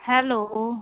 hello